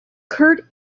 kurt